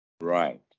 Right